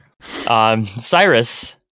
Cyrus